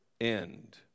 end